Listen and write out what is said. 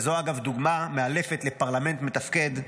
וזו אגב דוגמה מאלפת לפרלמנט מתפקד,